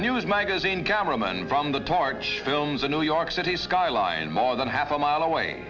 a news magazine cameraman from the torch films a new york city skyline more than half a mile away